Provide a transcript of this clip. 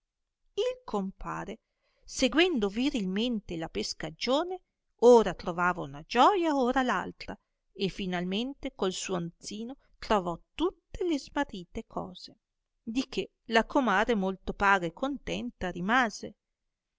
compare seguendo virilmente la pescaggione ora trovava una gioia ora l'altra e finalmente col suo anzino trovò tutte le smarrite cose di che la comare molto paga e contenta rimase